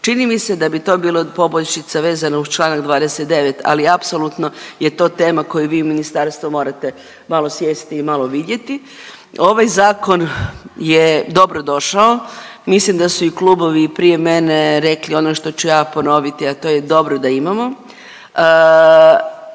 Čini mi se da bi to bilo poboljšica vezano uz čl. 29., ali apsolutno je to tema koju vi u ministarstvu morate malo sjesti i malo vidjeti. Ovaj zakon je dobrodošao, mislim da su i klubovi prije mene rekli ono što ću ja ponoviti, a to je dobro da ih imamo.